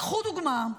קחו דוגמה: